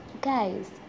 guys